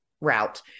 route